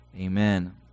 Amen